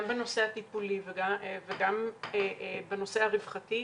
גם בנושא הטיפולי וגם בנושא הרווחתי,